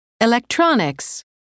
Electronics